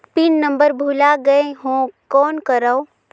Pin number भुला गयें हो कौन करव?